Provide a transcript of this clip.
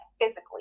physically